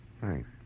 Thanks